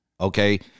okay